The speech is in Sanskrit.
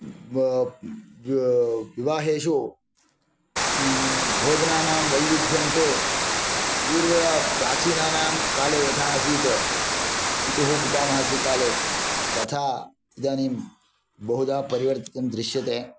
विवाहेषु भोजनानां वैविध्यं तु पूर्वप्राचीनानां काले यथा आसीत् पितुः पितामहस्य काले तथा इदानीं बहुधा परिवर्तितं दृश्यते